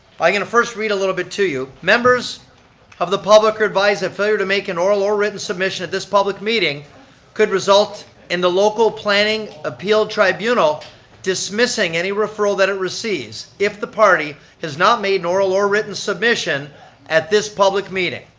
but going to first read a little bit to you. members of the public are advised that failure to make an oral or written submission at this public meeting could result in the local planning appeal tribunal dismissing any referral that it receives, if the party has not made oral or written submission at this public meeting.